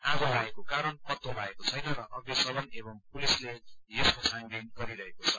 आगो लागेको करण पत्तो लागेको छैन र अग्निशमन एवं पुलिसले यसको छानबिन गरिरहेको छ